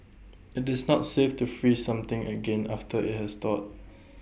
IT is not safe to freeze something again after IT has thawed